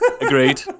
Agreed